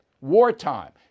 wartime